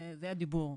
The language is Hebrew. זה הדיבור.